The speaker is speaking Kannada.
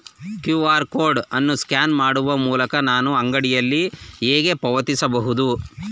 ಕ್ಯೂ.ಆರ್ ಕೋಡ್ ಅನ್ನು ಸ್ಕ್ಯಾನ್ ಮಾಡುವ ಮೂಲಕ ನಾನು ಅಂಗಡಿಯಲ್ಲಿ ಹೇಗೆ ಪಾವತಿಸಬಹುದು?